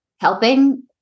helping